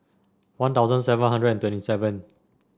One Thousand seven hundred and twenty seven